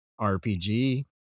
rpg